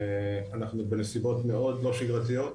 אנחנו בנסיבות מאוד לא שגרתיות.